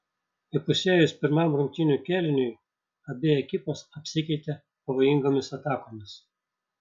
įpusėjus pirmam rungtynių kėliniui abi ekipos apsikeitė pavojingomis atakomis